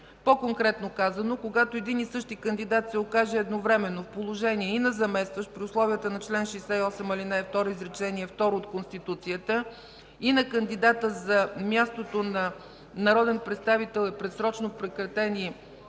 по-конкретно казано, когато един и същи кандидат се окаже едновременно в положение и на заместващ, при условията на чл. 68, ал. 2 изречение второ от Конституцията и на кандидата за мястото на народен представител с предсрочно прекратени